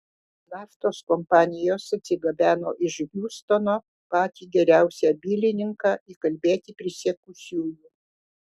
naftos kompanijos atsigabeno iš hjustono patį geriausią bylininką įkalbėti prisiekusiųjų